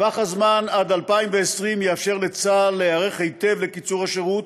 טווח הזמן עד 2020 יאפשר לצה"ל להיערך היטב לקיצור השירות